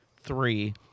three